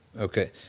Okay